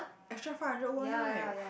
extra five hundred won right